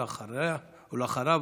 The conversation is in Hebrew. ואחריו,